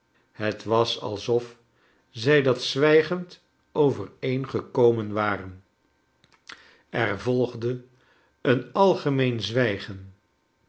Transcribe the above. het was alsof zij dat zwijgend overeengekomen waren er volgde een algemeen zwijgen